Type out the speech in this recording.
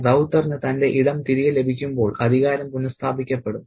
റൌത്തറിന് തന്റെ ഇടം തിരികെ ലഭിക്കുമ്പോൾ അധികാരം പുനഃസ്ഥാപിക്കപ്പെടും